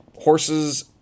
horses